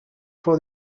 for